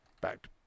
back